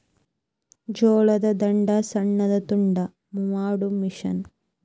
ಜೋಳದ ದಂಟ ಸಣ್ಣಗ ತುಂಡ ಮಾಡು ಮಿಷನ್